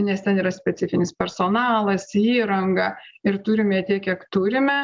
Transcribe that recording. nes ten yra specifinis personalas įranga ir turime tiek kiek turime